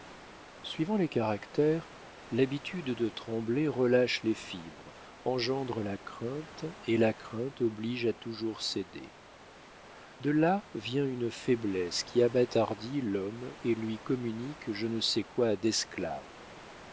suivant les caractères l'habitude de trembler relâche les fibres engendre la crainte et la crainte oblige à toujours céder de là vient une faiblesse qui abâtardit l'homme et lui communique je ne sais quoi d'esclave